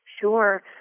Sure